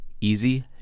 Easy